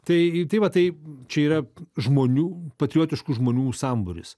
tai tai va tai čia yra žmonių patriotiškų žmonių sambūris